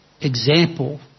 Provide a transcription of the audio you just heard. example